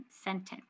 sentence